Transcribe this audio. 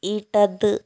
ഇടത്